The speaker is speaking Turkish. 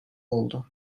oldu